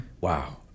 wow